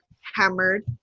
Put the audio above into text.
hammered